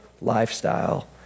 lifestyle